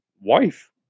wife